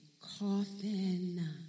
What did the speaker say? coffin